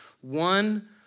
one